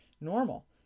normal